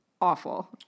awful